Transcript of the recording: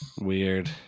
Weird